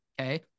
Okay